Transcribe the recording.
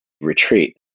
retreat